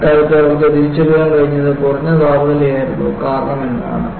അക്കാലത്ത് അവർക്ക് തിരിച്ചറിയാൻ കഴിഞ്ഞത് കുറഞ്ഞ താപനില ആയിരുന്നു കാരണം എന്നതാണ്